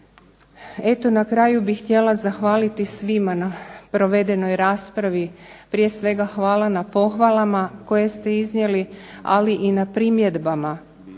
Eto na kraju bih htjela zahvaliti svima na provedenoj raspravi. Prije svega hvala na pohvalama koje ste iznijeli, ali i na primjedbama